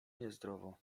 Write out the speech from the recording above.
niezdrowo